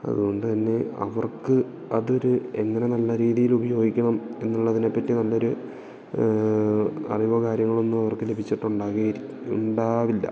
അതുകൊണ്ട് തന്നെ അവർക്ക് അതൊരു എങ്ങനെ നല്ല രീതിയിൽ ഉപയോഗിക്കണം എന്നുള്ളതിനെ പറ്റി നല്ലൊരു അറിവോ കാര്യങ്ങളൊന്നും അവർക്ക് ലഭിച്ചിട്ട് ഉണ്ടാകില്ല ഉണ്ടാവില്ല